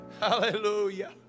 Hallelujah